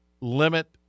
limit